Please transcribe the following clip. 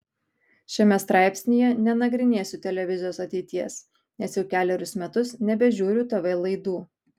šiame straipsnyje nenagrinėsiu televizijos ateities nes jau kelerius metus nebežiūriu tv laidų